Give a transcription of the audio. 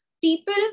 People